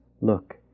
look